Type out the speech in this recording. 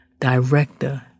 Director